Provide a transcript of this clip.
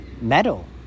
metal